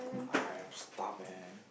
I'm starving